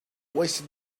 wasted